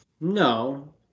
no